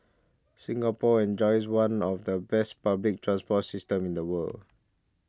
Singapore enjoys one of the best public transport systems in the world